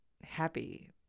happy